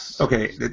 Okay